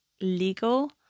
legal